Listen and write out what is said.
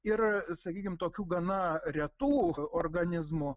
ir sakykim tokių gana retų organizmų